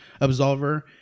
Absolver